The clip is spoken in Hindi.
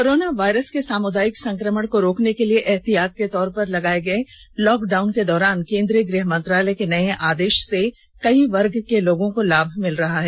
कोरोना वायरस के सामुदायिक संक्रमण को रोकने के लिए एहतियात के तौर पर लगाये गये लॉक डाउन के दौरान केन्द्रीय गृह मंत्रालय के नये आदेष से कई वर्ग के लोगों को लाभ हो रहा है